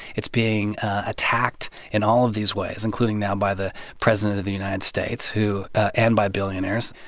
it's being attacked in all of these ways, including now by the president of the united states who and by billionaires.